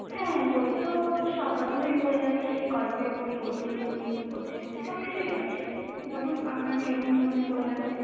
হ্যাঁ বই তো সব রকমের বই আছে গল্পের বই গদ্যের বই পদ্যের বই সব কিছুই আছে বলুন আপনার কী রকম ধরনের বই লাগবে